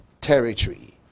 territory